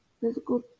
physical